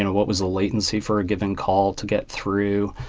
and what was the latency for a given call to get through?